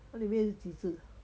它里面是几次